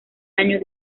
años